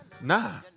Nah